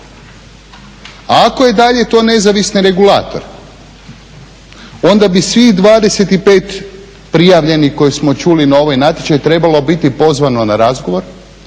A ako je i dalje to nezavisni regulator onda bi svih 25 prijavljenih koje smo čuli na ovaj natječaj trebalo biti pozvano na razgovor,